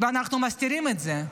ואנחנו מסתירים את זה.